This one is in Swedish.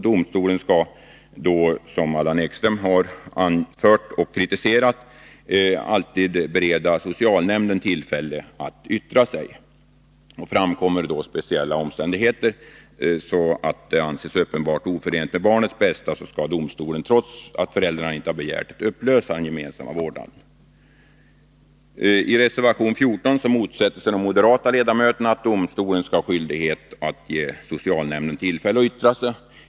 Domstolen skall, vilket Allan Ekström anfört och kritiserat, alltid bereda socialnämnden tillfälle att yttra sig. Framkommer speciella omständigheter som gör att det anses uppenbart oförenligt med barnets bästa, skall domstolen, trots att föräldrarna inte begärt det, upplösa den gemensamma vårdnaden. Treservation 14 motsätter sig de moderata ledamöterna att domstolen skall ha skyldighet att ge socialnämnden tillfälle att yttra sig.